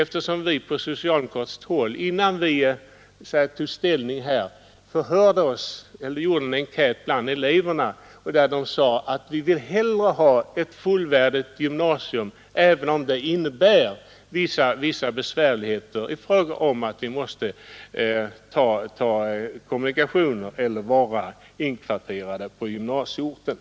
Innan vi på socialdemokratiskt håll tog ställning gjorde vi nämligen en enkät bland dem, och de sade att de hellre ville ha ett fullvärdigt gymnasium, även om det innebar vissa besvärligheter med kommunikationer eller inkvartering på gymnasieorten.